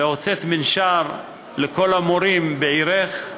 והוצאת מנשר לכל המורים בעירך,